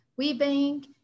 WeBank